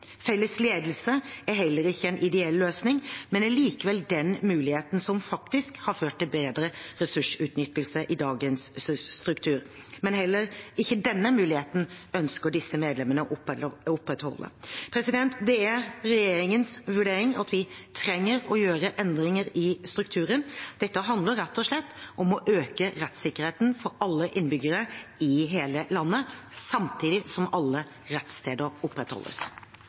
Felles ledelse er heller ikke en ideell løsning, men er likevel den muligheten som faktisk har ført til bedre ressursutnyttelse i dagens struktur. Men heller ikke denne muligheten ønsker disse medlemmene å opprettholde. Det er regjeringens vurdering at vi trenger å gjøre endringer i strukturen. Dette handler rett og slett om å øke rettssikkerheten for alle innbyggere i hele landet, samtidig som alle rettssteder opprettholdes.